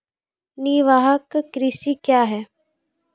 निवाहक कृषि क्या हैं?